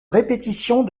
répétition